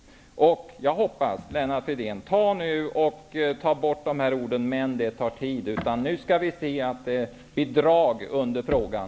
Jag hoppas, Lennart Fridén, att man tar bort orden: men det tar tid. Nu skall vi i stället se till att det blir drag under frågan.